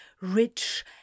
rich